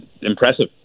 impressive